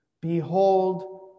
Behold